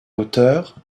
hauteurs